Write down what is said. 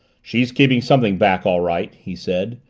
she's keeping something back all right, he said.